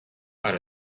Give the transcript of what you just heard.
out